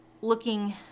looking